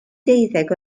deuddeg